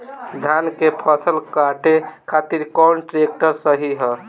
धान के फसल काटे खातिर कौन ट्रैक्टर सही ह?